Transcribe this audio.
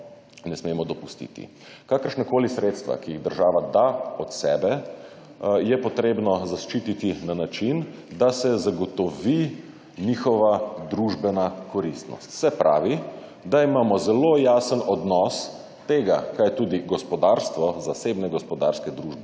ne smemo dopustiti. Kakršnakoli sredstva, ki jih država da od sebe, je potrebno zaščititi na način, da se zagotovi njihova družbena koristnost, se pravi, da imamo zelo jasen odnos tega, kaj tudi gospodarstvo, zasebne gospodarske družbe